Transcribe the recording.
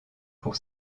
pour